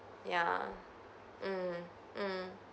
ya mm mm